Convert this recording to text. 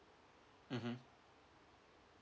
mmhmm